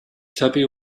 tuppy